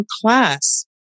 class